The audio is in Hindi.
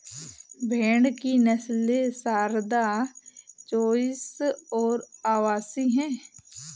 भेड़ की नस्लें सारदा, चोइस और अवासी हैं